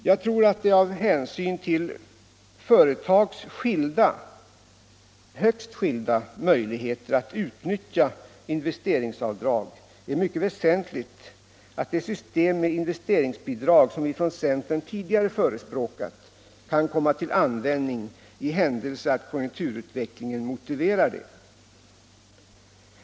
Jag tror att det av hänsyn till företags högst skilda möjligheter att utnyttja investeringsavdrag är mycket väsentligt att det system med investeringsbidrag som vi från centern tidigare förespråkat kan komma till användning i händelse att konjunkturutvecklingen motiverar det.